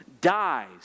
dies